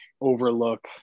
overlook